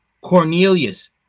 Cornelius